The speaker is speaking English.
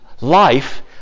life